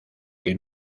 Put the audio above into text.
que